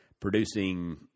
producing